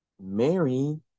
Mary